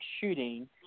shooting